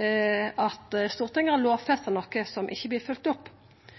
at Stortinget hadde lovfesta noko som ikkje vart følgt opp.